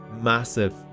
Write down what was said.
massive